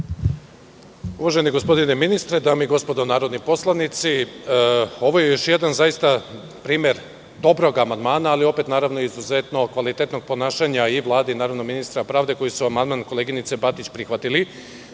Uvaženi gospodine ministre, dame i gospodo narodni poslanici, ovo je zaista još jedan primer dobrog amandmana, ali opet, naravno, izuzetno kvalitetnog ponašanja i Vlade i naravno ministra pravde, koji su amandman koleginice Batić prihvatili. Da